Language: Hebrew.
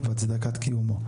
והצדקת קיומו.